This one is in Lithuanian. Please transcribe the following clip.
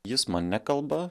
jis man nekalba